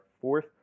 fourth